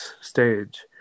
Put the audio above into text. stage